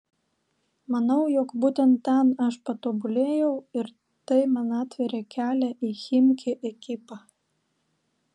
manau jog būtent ten aš patobulėjau ir tai man atvėrė kelią į chimki ekipą